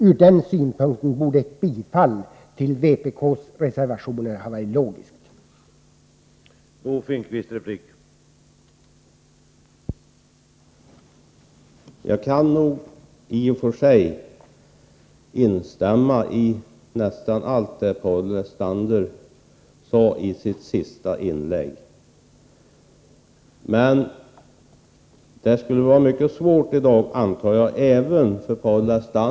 Ur den synpunkten borde ett bifall till vpk:s reservationer vara det logiska beslutet.